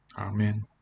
Amen